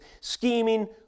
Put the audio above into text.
scheming